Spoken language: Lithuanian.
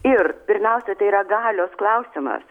ir pirmiausia tai yra galios klausimas